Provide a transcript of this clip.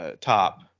top